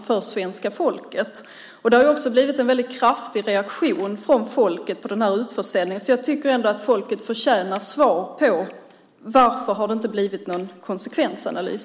Det har också blivit en väldigt kraftig reaktion från svenska folket på den här utförsäljningen. Jag tycker att folket förtjänar svar på varför det inte har blivit någon konsekvensanalys.